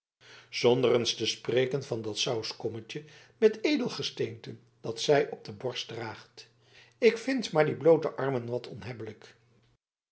zonder eens te spreken van dat sauskommetje met edelgesteenten dat zij op de borst draagt ik vind maar die bloote armen wat